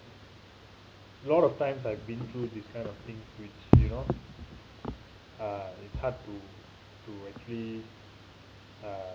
a lot of times I've been through this kind of thing which you know uh it's hard to to actually uh